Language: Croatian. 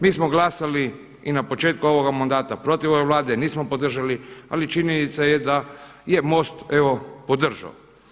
Mi smo glasali i na početku ovoga mandata protiv ove Vlade, nismo podržali, ali činjenica je da je MOST evo podržao.